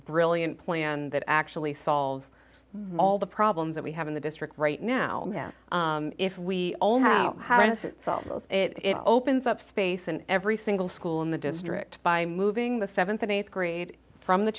brilliant plan that actually solves all the problems that we have in the district right now that if we only have solved it opens up space in every single school in the district by moving the seventh and eighth grade from the